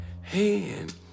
hand